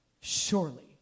Surely